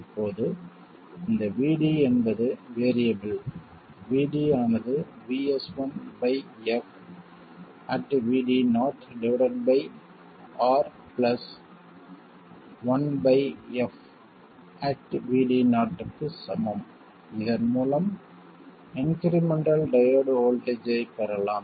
இப்போது இந்த VD என்பது வேறியபிள் VD ஆனது VS1 by f at VD0 divided by R plus 1 by f at VD0 க்கு சமம் இதன் மூலம் இன்க்ரிமென்ட்டல் டையோடு வோல்ட்டேஜ் ஐப் பெறலாம்